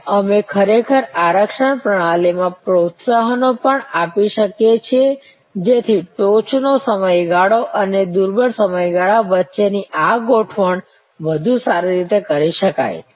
અને અમે ખરેખર આરક્ષણ પ્રણાલીમાં પ્રોત્સાહનો પણ આપી શકીએ છીએ જેથી ટોચ નો સમયગાળો અને દૂરબડ સમયગાળા વચ્ચેની આ ગોઠવણ વધુ સારી રીતે કરી શકાય